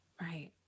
Right